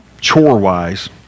chore-wise